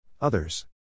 Others